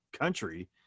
country